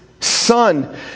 Son